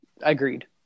Agreed